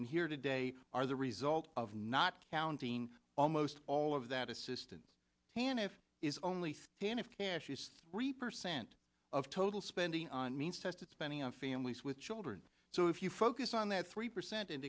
and here today are the result of not counting almost all of that assistance hanif is only pain if cash is three percent of total spending on means tested spending on families with children so if you focus on that three percent and